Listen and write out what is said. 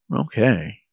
Okay